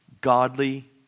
godly